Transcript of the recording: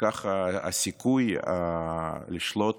כך הסיכוי לשלוט